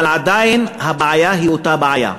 עדיין הבעיה היא אותה בעיה.